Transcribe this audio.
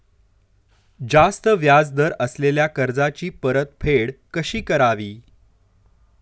जास्त व्याज दर असलेल्या कर्जाची परतफेड कशी करावी?